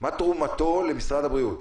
זו השאלה: מה תרומתו למשרד הבריאות?